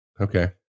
Okay